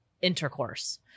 intercourse